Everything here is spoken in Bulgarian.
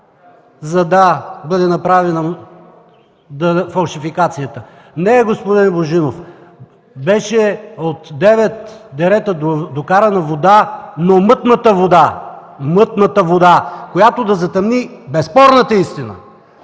за да бъде направена фалшификацията. Не, господин Божинов. Беше от девет дерета докарана вода, но мътната вода. Мътната вода, която да затъмни безспорната истина,